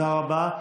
תודה רבה.